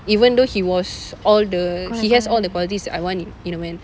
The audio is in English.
even though he was all the he has all the qualities that I want in a man